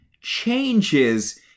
changes